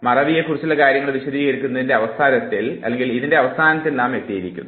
മറവിയെ കുറിച്ചുള്ള കാര്യങ്ങൾ വിശദീകരിക്കുന്നതിൻറെ അവസാനത്തിൽ നാം എത്തിയിരിക്കുന്നു